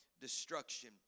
destruction